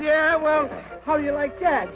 yeah well how do you like that